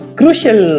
crucial